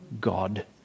God